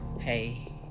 hey